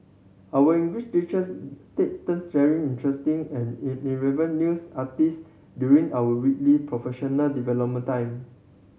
our English teachers take turns sharing interesting and news artist during our weekly professional development time